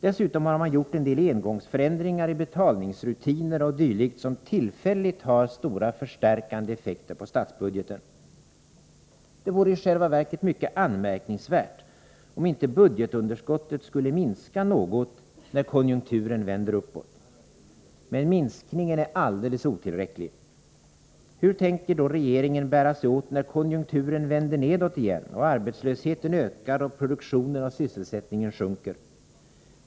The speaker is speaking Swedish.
Dessutom har man gjort en del engångsförändringar i betalningsrutiner o. d., som tillfälligt har stora förstärkande effekter på statsbudgeten. Det vore i själva verket mycket anmärkningsvärt om inte budgetunderskottet skulle minska något, när konjunkturen vänder uppåt. Men minskningen är alldeles otillräcklig. Hur tänker då regeringen bära sig åt när konjunkturen vänder nedåt igen, arbetslösheten ökar och produktionen och sysselsättningen sjunker?